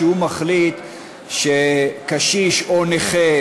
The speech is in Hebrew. שהוא מחליט שקשיש או נכה